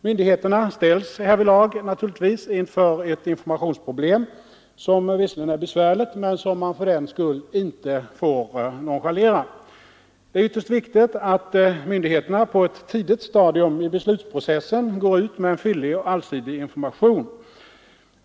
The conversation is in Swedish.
Myndigheterna ställs härvidlag inför ett informationsproblem som visserligen är besvärligt men som man fördenskull inte får nonchalera. Det är ytterligt viktigt att myndigheterna på ett tidigt stadium i beslutsprocessen går ut med en fyllig och allsidig information.